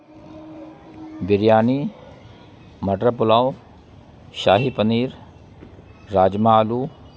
بریانی مٹر پلاؤ شاہی پنیر راجما آلو